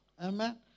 Amen